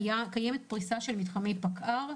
קיימת פריסה של מתחמי פקע"ר,